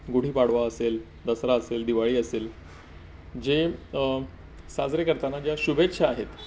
गुढीपाडवा असेल दसरा असेल दिवाळी असेल जे साजरे करताना ज्या शुभेच्छा आहेत